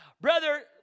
Brother